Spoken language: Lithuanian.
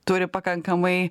turi pakankamai